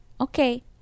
Okay